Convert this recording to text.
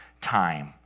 time